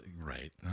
right